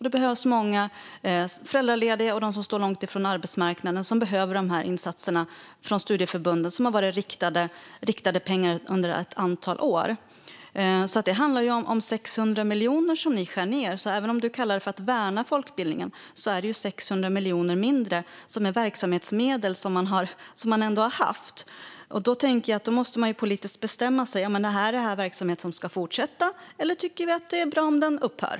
Det finns många föräldralediga och människor som står långt ifrån arbetsmarknaden som behöver dessa insatser från studieförbunden, som har fått riktade pengar under ett antal år. Det handlar om 600 miljoner som ni skär ned, Roland Utbult. Även om du kallar det att värna folkbildningen är det 600 miljoner mindre i verksamhetsmedel som ändå har funnits. Då måste man politiskt bestämma sig: Är detta verksamhet som ska fortsätta, eller tycker man att det är bra om den upphör?